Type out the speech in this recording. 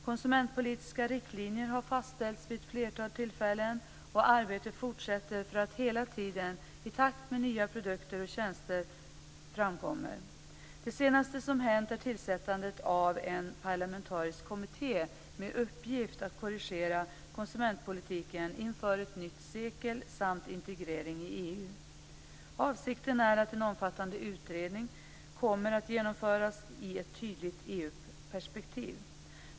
Konsumentpolitiska riktlinjer har fastställts vid ett flertal tillfällen, och arbetet fortsätter i takt med att nya produkter och tjänster tas fram. Det senaste som hänt är tillsättandet av en parlamentarisk kommitté med uppgift att korrigera konsumentpolitiken inför ett nytt sekel samt integrering i EU. Avsikten är att en omfattande utredning kommer att genomföras i ett tydligt EU-perspektiv.